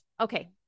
Okay